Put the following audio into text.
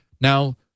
now